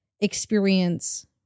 experience